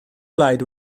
blaid